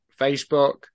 Facebook